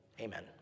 Amen